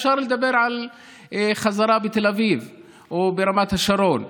אפשר לדבר על חזרה בתל אביב או ברמת השרון,